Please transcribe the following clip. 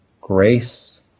grace